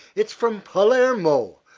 it's from palermo,